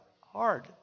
hard